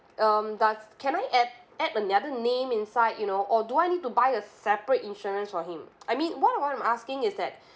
um does can I add add another name inside you know or do I need to buy a separate insurance for him I mean why am I asking is that